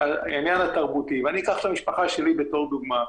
העניין התרבותי ואני אקח את המשפחה שלי בתור דוגמה.